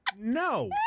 No